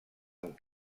amb